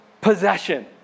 possession